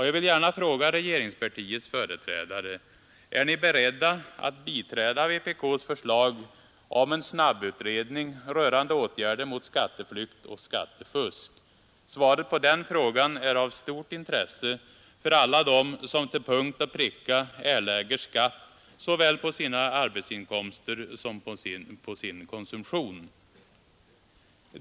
Jag vill fråga regeringspartiets företrädare: Är ni beredda att biträda vpk:s förslag om en snabbutredning rörande åtgärder mot skatteflykt och skattefusk? Svaret på den frågan är av stort intresse för alla dem som till punkt och pricka erlägger skatt såväl på sina arbetsinkomster som på sin konsumtion.